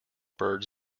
birds